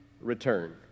return